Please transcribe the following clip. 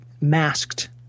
masked